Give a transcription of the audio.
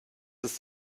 ist